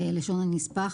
לשון הנספח.